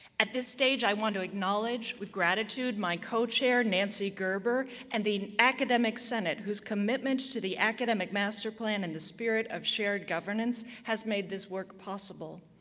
at this stage, i want to acknowledge with gratitude my co-chair, nancy gerber, and the academic senate, whose commitment to the academic master plan and the spirit of shared governance has made this work possible.